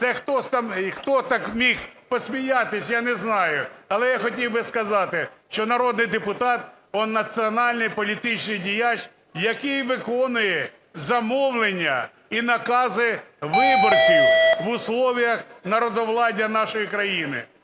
хто так міг посміятись, я не знаю, але я хотів би сказати, що народний депутат, він національній політичний діяч, який виконує замовлення і накази виборців в условиях народовладдя нашої країни.